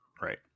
Right